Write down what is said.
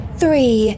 three